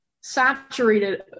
saturated